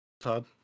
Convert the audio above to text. Todd